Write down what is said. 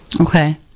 Okay